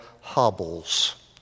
hobbles